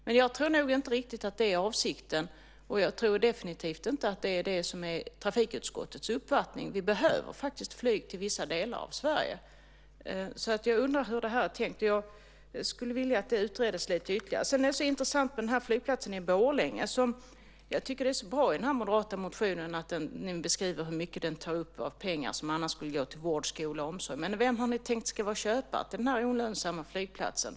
Men jag tror inte riktigt att det är avsikten, och jag tror definitivt inte att det är det som är trafikutskottets uppfattning. Vi behöver faktiskt flyg till vissa delar av Sverige, så jag undrar hur det här är tänkt. Jag skulle vilja att det utreddes lite ytterligare. Sedan är det så intressant med den här flygplatsen i Borlänge. Jag tycker att det är så bra att ni i den här moderata motionen beskriver hur mycket den tar upp av pengar som annars skulle gå till vård, skola, omsorg. Men vem har ni tänkt ska vara köpare av den här olönsamma flygplatsen?